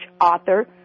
author